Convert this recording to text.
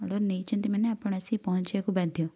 order ନେଇଛନ୍ତି ମାନେ ଆପଣ ଆସିକି ପହଞ୍ଚିବାକୁ ବାଧ୍ୟ